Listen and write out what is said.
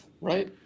right